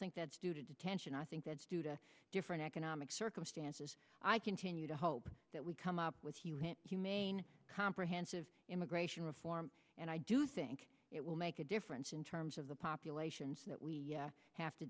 think that student attention i think that's due to different economic circumstances i continue to hope that we come up with a humane comprehensive immigration reform and i do think it will make a difference in terms of the populations that we have to